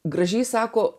gražiai sako